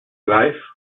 life